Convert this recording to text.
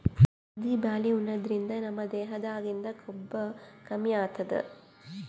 ಕಲ್ದಿ ಬ್ಯಾಳಿ ಉಣಾದ್ರಿನ್ದ ನಮ್ ದೇಹದಾಗಿಂದ್ ಕೊಬ್ಬ ಕಮ್ಮಿ ಆತದ್